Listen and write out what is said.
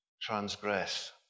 transgress